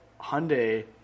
Hyundai